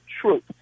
truth